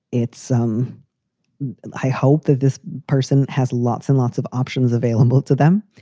it's some i hope that this person has lots and lots of options available to them.